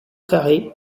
carrée